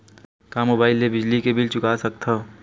का मुबाइल ले बिजली के बिल चुका सकथव?